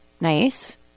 Nice